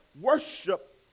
worship